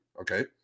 okay